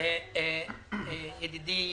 ידידי